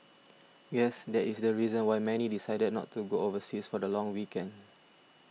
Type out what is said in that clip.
guess that is the reason why many decided not to go overseas for the long weekend